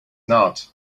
not